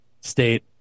state